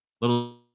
little